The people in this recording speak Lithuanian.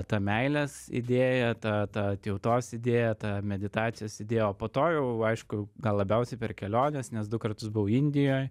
ta meilės idėja ta ta atjautos idėja ta meditacijos idėja o po to jau aišku gal labiausiai per keliones nes du kartus buvau indijoj